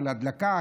של הדלקה,